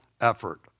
effort